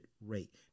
rate